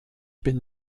bin